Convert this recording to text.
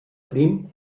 crim